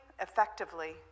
effectively